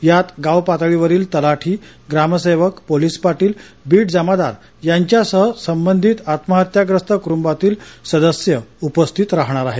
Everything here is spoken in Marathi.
यात गावपातळीवरील तलाठी ग्रामसेवक पोलिस पाटील बीट जमादार यांच्यासह संबंधित आत्महत्याग्रस्त कृटबातील सदस्य उपस्थित राहणार आहेत